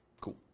Cool